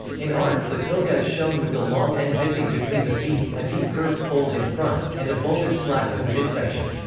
in art, the toga is shown with the long end dipping between the feet, a deep curved fold in front, and a bulbous flap at the midsection.